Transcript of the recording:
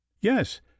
yes